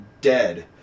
dead